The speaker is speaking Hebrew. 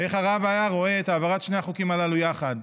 איך הרב היה רואה את העברת שני החוקים הללו יחד.